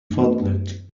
فضلك